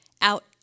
out